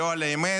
לא על האמת,